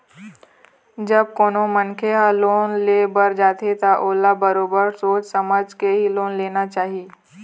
जब कोनो मनखे ह लोन ले बर जाथे त ओला बरोबर सोच समझ के ही लोन लेना चाही